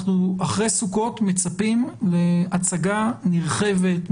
אחרי סוכות אנחנו מצפים להצגה נרחבת,